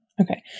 Okay